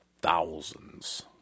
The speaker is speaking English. thousands